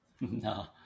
no